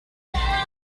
merchant